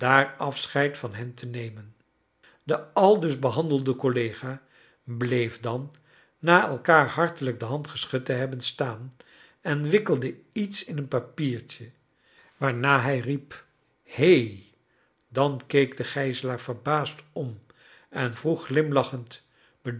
afscheid van hen te nemen de aldus behandelde collega bleef dan na elkaar hartelijk de hand geschud te hebben staan en wikkelde iets in een papiertje waarna hij riep he dan keek de gijzelaar verbaasd om en vroeg